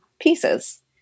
pieces